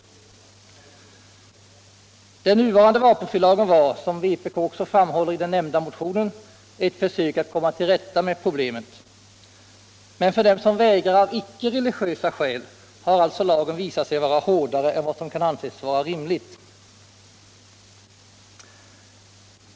I den nuvarande vapenfrilagen har man, som vpk också framhåller i den nämnda motionen, gjort ett försök att komma till rätta med problemet. Men för dem som vägrar av icke religiösa skäl har alltså lagen visat sig vara hårdare än vad som kan anses rimligt.